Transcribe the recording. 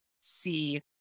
see